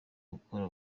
gukora